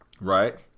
Right